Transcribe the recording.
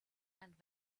and